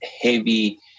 heavy